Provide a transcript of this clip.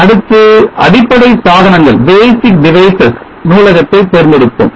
அடுத்து அடிப்படை சாதனங்கள் நூலகத்தை தேர்ந்தெடுப்போம்